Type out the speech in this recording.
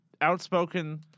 outspoken